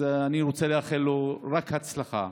אני רוצה לאחל לו רק הצלחה